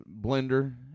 blender